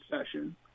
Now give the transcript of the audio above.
session